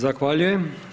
Zahvaljujem.